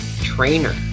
trainer